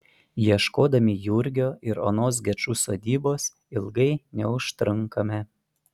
ieškodami jurgio ir onos gečų sodybos ilgai neužtrunkame